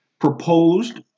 Proposed